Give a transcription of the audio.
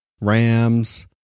Rams